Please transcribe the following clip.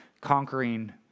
conquering